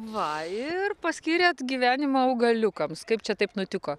va ir paskyrėt gyvenimą augaliukams kaip čia taip nutiko